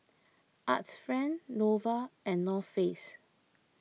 Arts Friend Nova and North Face